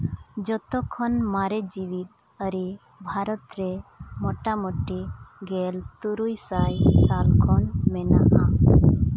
ᱡᱚᱛᱚᱠᱷᱚᱱ ᱢᱟᱨᱮ ᱡᱤᱣᱤ ᱟᱹᱨᱤ ᱵᱷᱟᱨᱚᱛ ᱨᱮ ᱢᱳᱴᱟᱢᱩᱴᱤ ᱜᱮᱞ ᱛᱩᱨᱩᱭ ᱥᱟᱭ ᱥᱟᱞ ᱠᱷᱚᱱ ᱢᱮᱱᱟᱜᱼᱟ